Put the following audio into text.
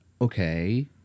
okay